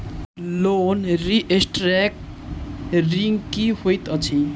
Loan restructuring की होइत अछि?